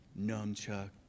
Nunchuck